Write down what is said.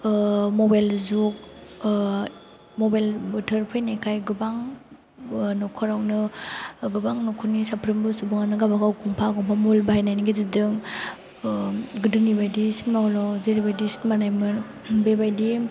mobile जुग mobile बोथोर फैनायखाय गोबां नखरावनो गोबां नखरनि साफ्रोमबो सुबुङानो गावबगाव गंफा गंफा मबाइल बायनायनि गेजेरजों गोदोनि बायदि सिनिमा हलाव जेरै बायदि सिनिमा नायोमोन बे बायदि